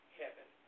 heaven